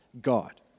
God